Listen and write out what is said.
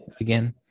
again